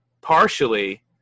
partially